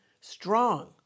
strong